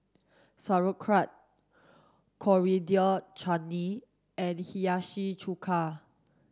Sauerkraut Coriander Chutney and Hiyashi chuka